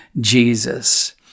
jesus